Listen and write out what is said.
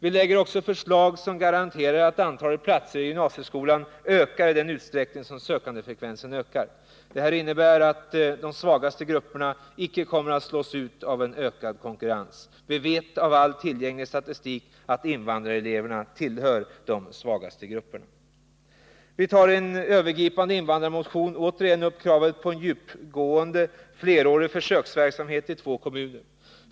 Vi lägger också fram förslag som garanterar att antalet platser i gymnasieskolan ökar i den utsträckning som sökandefrekvensen ökar. Det innebär att de svagaste grupperna inte slås ut på grund av ökad konkurrens. All tillgänglig statistik visar att invandrareleverna tillhör de svagaste grupperna. 9.1 en övergripande invandrarmotion tar vi återigen upp kravet på en djupgående flerårig försöksverksamhet i två kommuner.